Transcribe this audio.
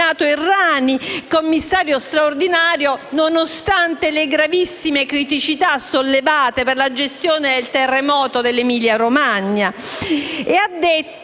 commissario straordinario, nonostante le gravissime criticità sollevate per la gestione del terremoto dell'Emilia-Romagna.